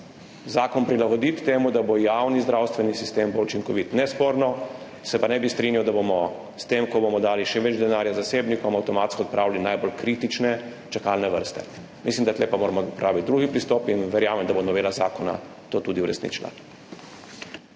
zakon prilagoditi temu, da bo javni zdravstveni sistem bolj učinkovit, nesporno. Se pa ne bi strinjal, da bomo s tem, ko bomo dali še več denarja zasebnikom, avtomatsko odpravili najbolj kritične čakalne vrste. Mislim, da tu pa moramo uporabiti drugačen drug pristop, in verjamem, da bo novela zakona to tudi uresničila.